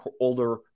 older